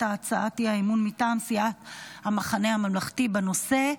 הצעת האי-אמון מטעם סיעת המחנה הממלכתי בנושא: